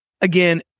Again